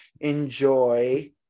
enjoy